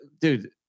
dude